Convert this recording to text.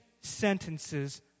sentences